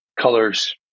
colors